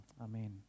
amen